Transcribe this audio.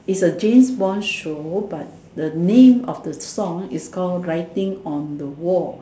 is a James Bond show but the name of the song is called writing on the wall